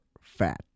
fat